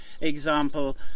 example